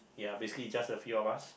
ya basically just a few of us